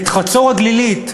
את חצור-הגלילית,